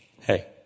Hey